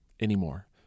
anymore